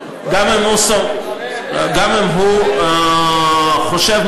גם אם הוא חושב,